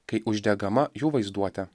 kai uždegama jų vaizduotę